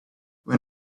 when